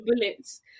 bullets